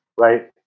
right